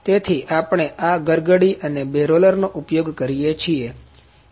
તેથી આપણે આ ગરગડી અને બે રોલરનો ઉપયોગ કરીયે છીએ